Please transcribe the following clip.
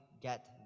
get